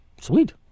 Sweet